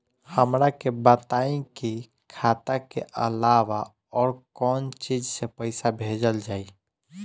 हमरा के बताई की खाता के अलावा और कौन चीज से पइसा भेजल जाई?